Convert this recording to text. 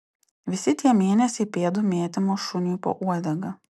visi tie mėnesiai pėdų mėtymo šuniui po uodega